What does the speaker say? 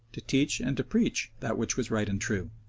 to teach and to preach that which was right and true.